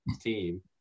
team